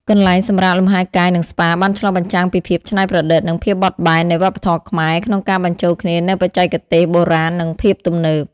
កន្លែងសម្រាកលំហែកាយ និងស្ប៉ាបានឆ្លុះបញ្ចាំងពីភាពច្នៃប្រឌិត និងភាពបត់បែននៃវប្បធម៌ខ្មែរក្នុងការបញ្ចូលគ្នានូវបច្ចេកទេសបុរាណនិងភាពទំនើប។